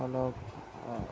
অলপ